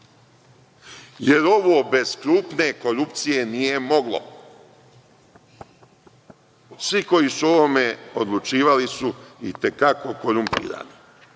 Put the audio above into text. jer ovo bez krupne korupcije nije moglo. Svi koji su o ovome odlučivali su i te kako korumpirani.